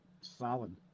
Solid